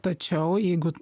tačiau jeigu